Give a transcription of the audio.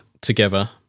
together